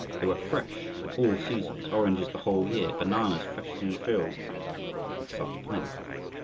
they were fresh at all seasons oranges the whole year, bananas fresh from the fields and such pineapples!